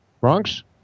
Bronx